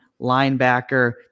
linebacker